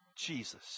jesus